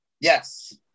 Yes